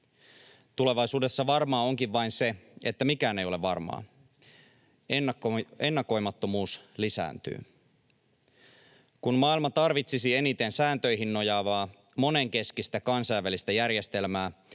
Tulevaisuudessa varmaa onkin vain se, että mikään ei ole varmaa. Ennakoimattomuus lisääntyy. Kun maailma tarvitsisi eniten sääntöihin nojaavaa, monenkeskistä kansainvälistä järjestelmää,